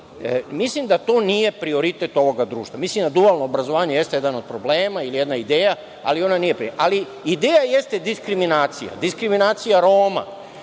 Mislim da to nije prioritet ovog društva. Mislim da dualno obrazovanje jeste jedan od problema ili jedna ideja, ali ona nije prioritet. Ali, ideja jeste diskriminacija, diskriminacija Roma. Sada